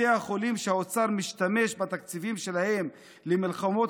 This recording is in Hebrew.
בתי החולים שהאוצר משתמש בתקציבים שלהם למלחמות